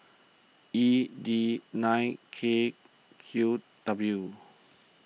E D nine K Q W